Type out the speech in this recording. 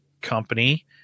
company